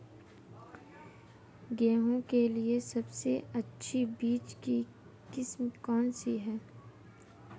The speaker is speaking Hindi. गेहूँ के लिए सबसे अच्छी बीज की किस्म कौनसी है?